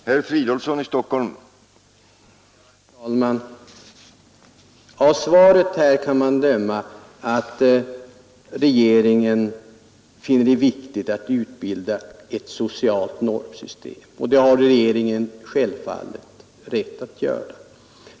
Herr talman! Av svaret att döma finner regeringen det viktigt att utbilda ett socialt normsystem, och det har regeringen självfallet rätt till.